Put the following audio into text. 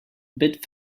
bit